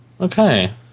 Okay